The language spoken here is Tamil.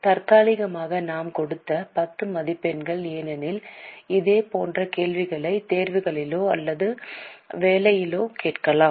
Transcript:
தற்காலிகமாக நான் கொடுத்த 10 மதிப்பெண்கள் ஏனெனில் இதே போன்ற கேள்விகளை தேர்விலோ அல்லது வேலையிலோ கேட்கலாம்